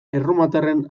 erromatarren